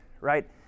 right